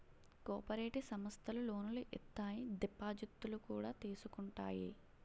cooperative సమస్థలు లోనులు ఇత్తాయి దిపాజిత్తులు కూడా తీసుకుంటాయి